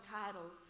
title